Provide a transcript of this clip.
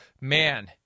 man